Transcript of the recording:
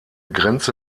grenze